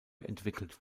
entwickelt